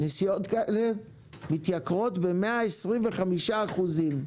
הנסיעות האלה מתייקרות ב-125 אחוזים.